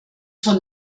von